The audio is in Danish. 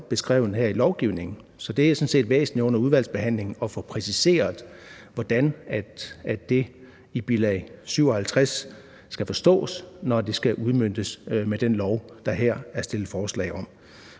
beskrevet her i lovforslaget. Så det er sådan set væsentligt under udvalgsbehandlingen at få præciseret, hvordan det i bilag 57 skal forstås, når det skal udmøntes med den lov, der her er stillet forslag om.